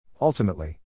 Ultimately